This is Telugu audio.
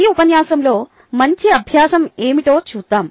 ఈ ఉపన్యాసంలో మంచి అభ్యాసం ఏమిటో చూద్దాం